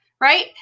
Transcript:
Right